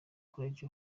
college